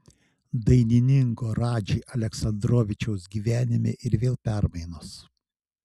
dainininko radži aleksandrovičiaus gyvenime ir vėl permainos